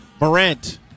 Morant